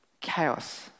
chaos